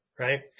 Right